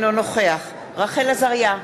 אינו נוכח רחל עזריה,